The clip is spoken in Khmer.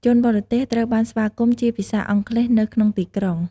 ជនបរទេស ត្រូវបានស្វាគមន៍ជាភាសាអង់គ្លេសនៅក្នុងទីក្រុង។